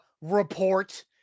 report